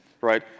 right